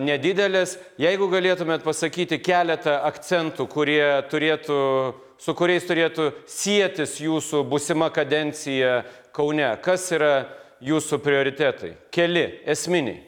nedidelės jeigu galėtumėt pasakyti keletą akcentų kurie turėtų su kuriais turėtų sietis jūsų būsima kadencija kaune kas yra jūsų prioritetai keli esminiai